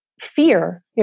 fear